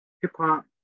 hip-hop